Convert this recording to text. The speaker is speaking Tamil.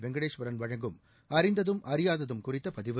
வெங்கடேஸ்வரன் வழங்கும் அறிந்ததும் அறியாததும் குறித்த பதிவு